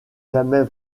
jamais